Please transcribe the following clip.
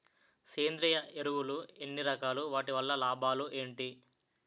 సేంద్రీయ ఎరువులు ఎన్ని రకాలు? వాటి వల్ల లాభాలు ఏంటి?